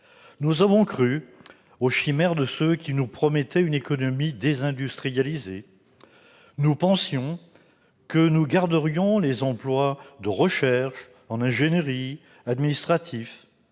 Nous avons cru aux chimères de ceux qui nous promettaient une économie désindustrialisée. Nous pensions que nous garderions, outre les emplois administratifs,